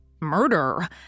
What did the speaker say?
Murder